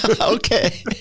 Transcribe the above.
Okay